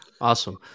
Awesome